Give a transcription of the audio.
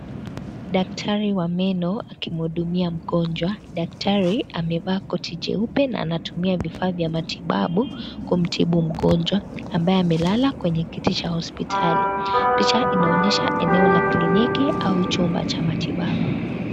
Daktari wa meno akimhudumia mgonjwa. Daktari amevaa koti jeupe na anatumia vifaa vya matibabu kumtibu mgonjwa ambaye amelala kwenye kiti cha hospitali. Picha inaonyeesha eneo la kliniki au chumba cha matibabu.